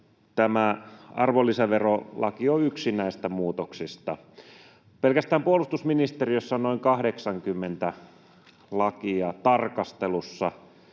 tämä arvonlisäverolaki on yksi näistä muutoksista. Pelkästään puolustusministeriössä on noin 80 lakia tarkastelussa,